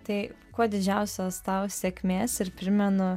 tai kuo didžiausios tau sėkmės ir primenu